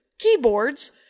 keyboards